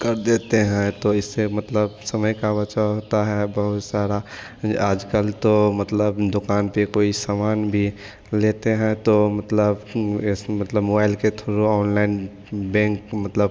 कर देते हैं तो इससे मतलब समय का बचाव होता है बहुत सारा आजकल तो मतलब दुकान पे कोई समान भी लेते हैं तो मतलब मतलब मोआईल के थ्रु ऑनलाइन बैंक मतलब